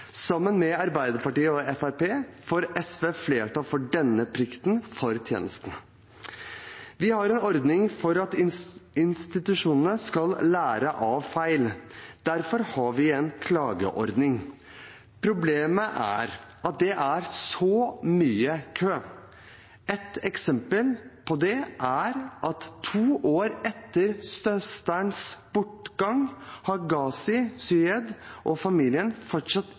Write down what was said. Sammen med Arbeiderpartiet og Fremskrittspartiet får SV flertall for plikt til å gi denne tjenesten. Vi har en ordning for at institusjonene skal lære av feil, derfor har vi en klageordning. Problemet er at det er så mye kø. Et eksempel på det er at to år etter søsterens bortgang har Ghazi Syed og familien fortsatt